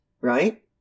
right